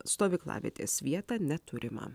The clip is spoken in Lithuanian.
stovyklavietės vietą neturima